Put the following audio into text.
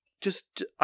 just-